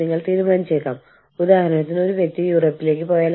ഐകിയ സ്ഥാപിച്ചു കൂടാതെ ഐകിയ അതിന്റെ പ്രവർത്തനങ്ങൾ ഔട്ട്സോഴ്സ് ചെയ്തു